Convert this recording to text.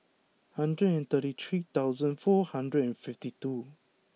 hundred and thirty three thousand four hundred and fifty two